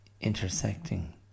intersecting